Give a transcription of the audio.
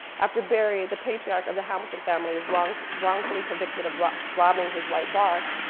after berry, the patriarch of the hamilton family is wrongfully wrongfully convicted of robbing robbing his white boss,